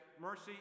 mercy